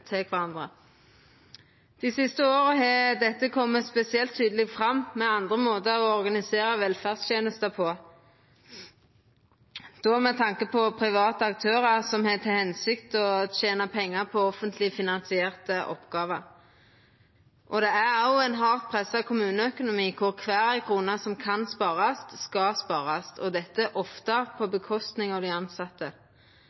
kvarandre. Dei siste åra har dette kome spesielt tydeleg fram med andre måtar å organisera velferdstenester på, då med tanke på private aktørar som har til hensikt å tena pengar på offentleg finansierte oppgåver. Det er òg ein hardt pressa kommuneøkonomi, der kvar krone som kan sparast, skal sparast. Dette går ofte på